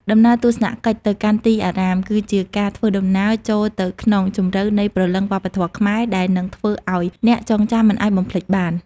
ដំណើរទស្សនកិច្ចទៅកាន់ទីអារាម គឺជាការធ្វើដំណើរចូលទៅក្នុងជម្រៅនៃព្រលឹងវប្បធម៌ខ្មែរ ដែលនឹងធ្វើឱ្យអ្នកចងចាំមិនអាចបំភ្លេចបាន។